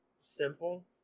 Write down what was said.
simple